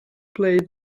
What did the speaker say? play